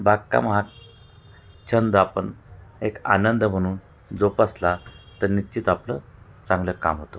बागकाम हा छंद आपण एक आनंद म्हणून जोपासला तर निश्चित आपलं चांगलं काम होतं